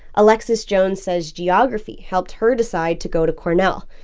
alexis jones says geography helped her decide to go to cornell.